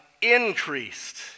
increased